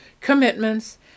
commitments